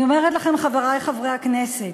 אני אומרת לכם, חברי חברי הכנסת: